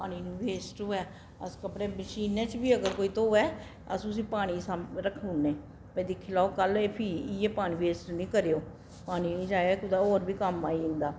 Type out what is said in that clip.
पानी नी वेस्ट होऐ अस कपड़े मशीनै च बी अगर कोई धोवै अस उसी पानी गी साम्भी रक्खी उड़ने भई दिक्खी लैओ कल एह् फ्ही इयै पानी वेस्ट नी करेओ पानी नी जाया कुतै होर बी कम्म आई जंदा